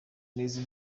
neza